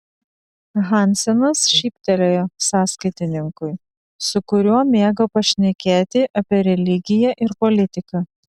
hansenas šyptelėjo sąskaitininkui su kuriuo mėgo pašnekėti apie religiją ir politiką